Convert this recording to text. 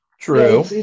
true